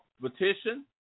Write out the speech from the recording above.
petition